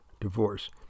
Divorce